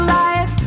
life